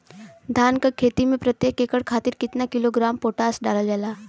धान क खेती में प्रत्येक एकड़ खातिर कितना किलोग्राम पोटाश डालल जाला?